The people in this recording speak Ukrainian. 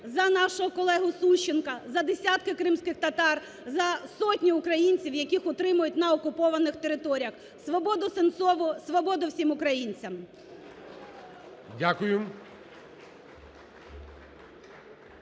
за нашого колегу Сущенка, за десятки кримських татар, за сотні українців, яких утримують на окупованих територіях. Свободу Сенцову! Свободу всім українцям!